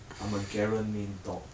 I'm a garen main dog